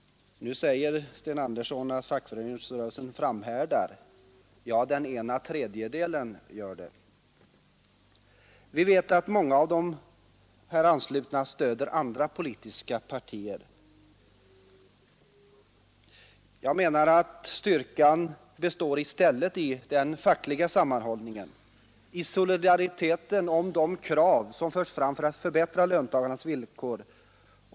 oa — Sten Andersson säger att fackföreningsrörelsen framhärdar. Ja, den Kollektivanslutning till politiskt parti ena tredjedelen gör det. Vi vet att många av de anslutna stöder andra politiska partier. Jag menar att styrkan i stället består i den fackliga sammanhållningen, i solidariteten om de krav som förs fram för att förbättra löntagarnas villkor.